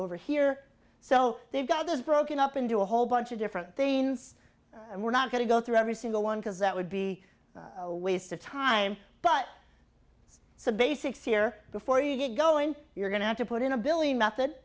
over here so they've got this broken up into a whole bunch of different things and we're not going to go through every single one because that would be a waste of time but the basics here before you get going you're going to have to put in a billion method